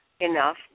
enough